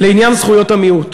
לעניין זכויות המיעוט,